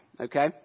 Okay